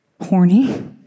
Horny